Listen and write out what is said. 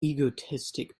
egoistic